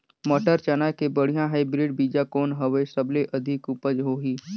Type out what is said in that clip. मटर, चना के बढ़िया हाईब्रिड बीजा कौन हवय? सबले अधिक उपज होही?